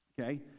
Okay